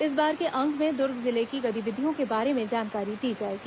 इस बार के अंक में दुर्ग जिले की गतिविधियों के बारे में जानकारी दी जाएगी